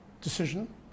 decision